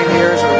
years